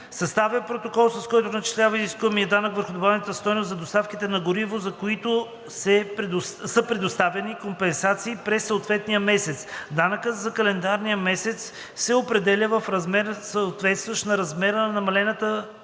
съставя протокол, с който начислява изискуемия данък върху добавената стойност за доставките на гориво, за които са предоставени компенсации през съответния месец. Данъкът за календарния месец се определя в размер, съответстващ на размера на намалението